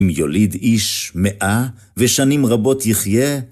אם יוליד איש מאה, ושנים רבות יחיה...